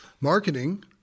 Marketing